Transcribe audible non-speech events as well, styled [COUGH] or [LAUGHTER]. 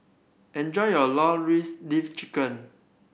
enjoy your [UNINTELLIGIBLE] leaf chicken